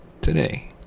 today